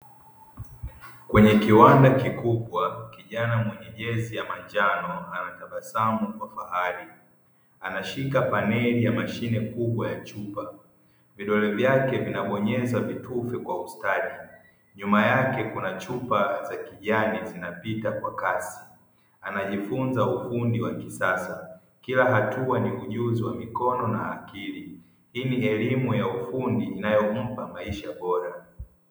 Kwenye kiwanda kikubwa, kijana mwenye jezi ya manjano anatabasamu kwa fahari. Anashika paneli ya mashine kubwa ya chupa. Vidole vyake vinabonyeza vitufe kwa ustadi. Nyuma yake kuna chupa za kijani zinapita kwa kasi. Anajifunza ufundi wa kisasa. Kila hatua ni ujuzi wa mikono na akili. Hii ni elimu ya ufundi inayompa maisha bora.